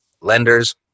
lenders